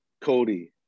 cody